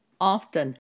Often